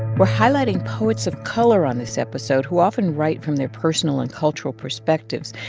we're highlighting poets of color on this episode who often write from their personal and cultural perspectives,